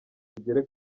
tugere